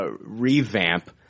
revamp